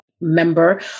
member